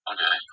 Okay